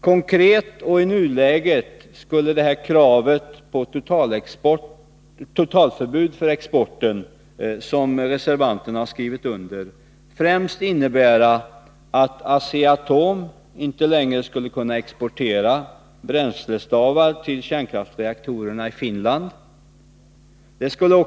I nuläget skulle det krav på totalförbud mot export som reservanterna fört fram konkret innebära att Asea-Atom inte längre skulle kunna exportera bränslestavar till kärnkraftsreaktorerna i Finland.